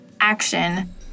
action